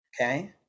okay